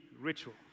ritual